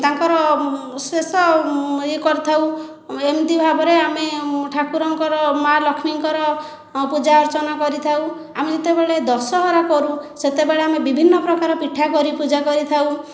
ତାଙ୍କର ଶେଷ ଇଏ କରିଥାଉ ଏମିତି ଭାବରେ ଆମେ ଠାକୁରଙ୍କର ମା' ଲକ୍ଷ୍ମୀଙ୍କର ପୂଜାର୍ଚ୍ଚନା କରିଥାଉ ଆମେ ଯେତେବେଳେ ଦଶହରା କରୁ ସେତେବେଳେ ଆମେ ବିଭିନ୍ନ ପ୍ରକାର ପିଠା କରି ପୂଜା କରିଥାଉ